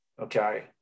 Okay